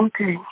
Okay